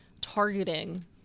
targeting